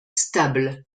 stable